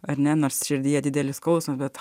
ar ne nors širdyje didelį skausmą bet